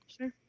Sure